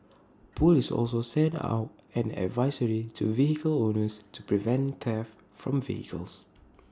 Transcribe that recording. Police also sent out an advisory to vehicle owners to prevent theft from vehicles